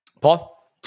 Paul